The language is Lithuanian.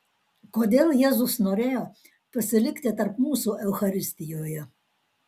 kodėl jėzus norėjo pasilikti tarp mūsų eucharistijoje